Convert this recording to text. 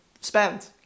spend